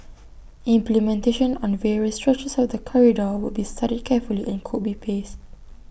implementation on the various stretches of the corridor will be studied carefully and could be paced